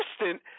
assistant